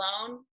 alone